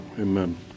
Amen